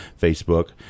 Facebook